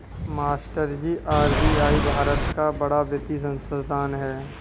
मास्टरजी आर.बी.आई भारत का बड़ा वित्तीय संस्थान है